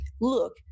look